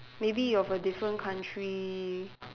maybe of a different country